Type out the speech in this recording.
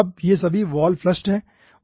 अब ये सभी वॉल फ्लश्ड हैं